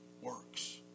works